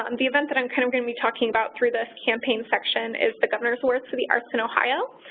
um the event that i'm kind of going to be talking about through this campaign section is the governor's awards for the arts in ohio.